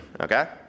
Okay